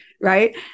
right